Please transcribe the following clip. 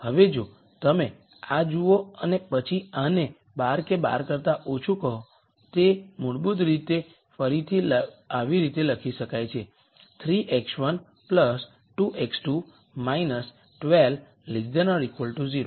હવે જો તમે આ જુઓ અને પછી આને 12 કે 12 કરતા ઓછું કહો તે મૂળભૂત રીતે ફરીથી આવી રીતે લખી શકાય છે 3x1 2x2 12 0